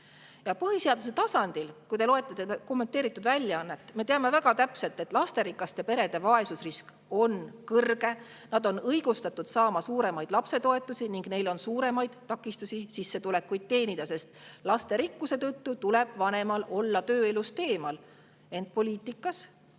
Eesti järelkasvust. Kui te loete kommenteeritud väljaannet, siis teate väga täpselt, et lasterikaste perede vaesusrisk on kõrge, nad on õigustatud saama suuremaid lapsetoetusi ning neil on suuremad takistused sissetulekuid teenida, sest lasterikkuse tõttu tuleb vanemal olla tööelust eemal. Ent poliitikas